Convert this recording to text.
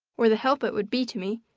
or the help it would be to me,